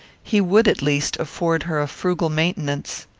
he would, at least, afford her a frugal maintenance.